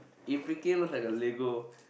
it freaking looks like a lego